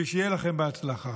ושיהיה לכם בהצלחה.